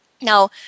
Now